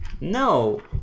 No